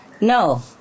No